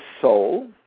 soul